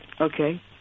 Okay